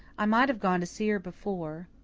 i might have gone to see her before.